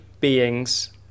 beings